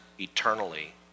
eternally